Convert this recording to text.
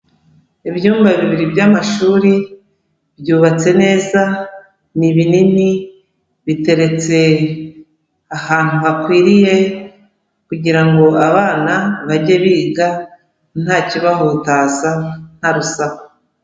Ibyumba bibiri by'amashuri, byubatse neza, ni binini, biteretse ahantu hakwiriye kugira ngo abana bajye biga nta kibahutaza, nta rusaku.